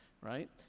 right